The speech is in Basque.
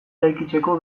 eraikitzeko